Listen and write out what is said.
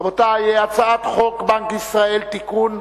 רבותי, הצעת חוק בנק ישראל (תיקון,